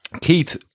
Keith